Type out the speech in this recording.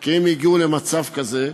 כי אם הגיעו למצב כזה,